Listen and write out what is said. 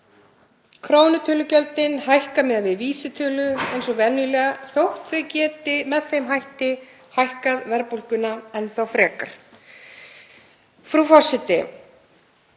Krónutölugjöldin hækka miðað við vísitölu eins og venjulega þótt þau geti með þeim hætti hækkað verðbólguna enn þá frekar. Frú forseti.